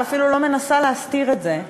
ואפילו לא מנסה להסתיר את זה,